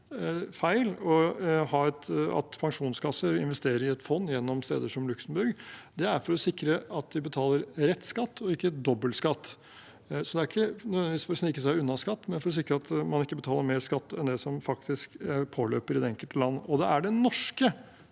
pensjonskasser investerer i et fond gjennom steder som Luxembourg. Det er for å sikre at de betaler rett skatt og ikke dobbel skatt. Det er ikke nødvendigvis for å snike seg unna skatt, men for å sikre at man ikke betaler mer skatt enn det som faktisk påløper i det enkelte land. Det er det norske